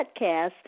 Podcast